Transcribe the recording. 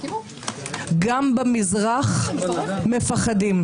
גם במזרח פוחדים.